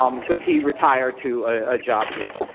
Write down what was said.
um because he retired to a job here.